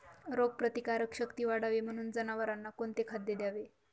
रोगप्रतिकारक शक्ती वाढावी म्हणून जनावरांना कोणते खाद्य द्यावे?